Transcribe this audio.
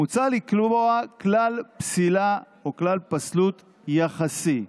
מוצע לקבוע כלל פסילה או כלל פסלות יחסי.